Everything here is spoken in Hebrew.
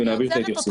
ונעביר את ההתייחסות.